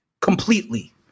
completely